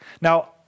Now